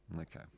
Okay